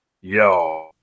yo